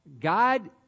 God